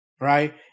right